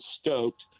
stoked